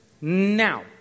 Now